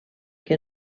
que